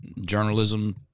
journalism